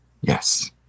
yes